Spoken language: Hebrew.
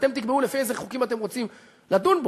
אתם תקבעו לפי איזה חוקים אתם רוצים לדון בו.